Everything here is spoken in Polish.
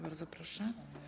Bardzo proszę.